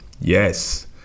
yes